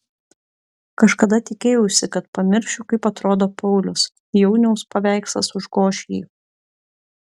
kažkada tikėjausi kad pamiršiu kaip atrodo paulius jauniaus paveikslas užgoš jį